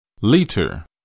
liter